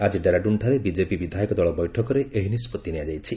ଆଜି ଡେରାଡ଼ୁନଠାରେ ବିଜେପି ବିଧାୟକ ଦଳ ବୈଠକରେ ଏହି ନିଷ୍କଭି ନିଆଯାଇଛି